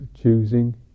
choosing